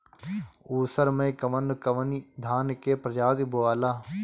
उसर मै कवन कवनि धान के प्रजाति बोआला?